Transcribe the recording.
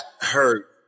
hurt